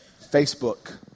Facebook